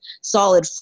solid